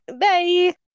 Bye